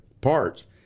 parts